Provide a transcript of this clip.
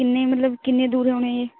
ਕਿੰਨੇ ਮਤਲਬ ਕਿੰਨੇ ਦੂਰ ਹੋਣੇ ਇਹ